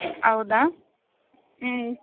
ಹೌದಾ ಹ್ಞೂ